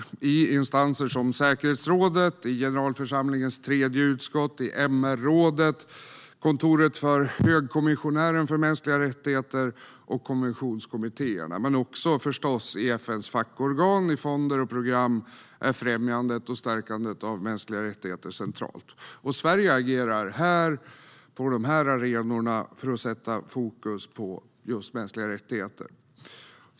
Det sker i instanser som säkerhetsrådet, generalförsamlingens tredje utskott, MR-rådet, kontoret för högkommissionären för mänskliga rättigheter och i konventionskommittéerna. Också i FN:s fackorgan och i fonder och program är främjandet och stärkandet av mänskliga rättigheter centralt. Sverige agerar på dessa arenor för att sätta fokus på mänskliga rättigheter.